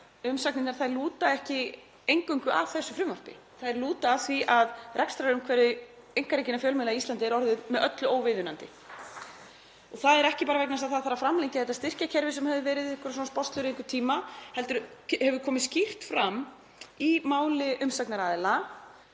umsagnirnar lúta ekki eingöngu að þessu frumvarpi. Þær lúta að því að rekstrarumhverfi einkarekinna fjölmiðla á Íslandi er orðið með öllu óviðunandi. Og það er ekki bara vegna þess að það þurfi að framlengja þetta styrkjakerfi sem hefur verið með einhverjar sporslur í einhvern tíma heldur hefur komið skýrt fram í máli umsagnaraðila,